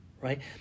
right